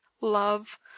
love